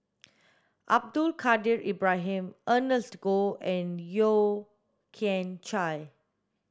Abdul Kadir Ibrahim Ernest Goh and Yeo Kian Chye